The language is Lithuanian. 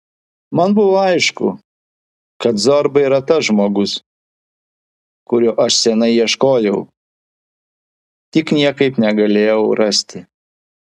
man buvo aišku kad zorba yra tas žmogus kurio aš seniai ieškojau tik niekaip negalėjau rasti